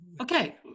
okay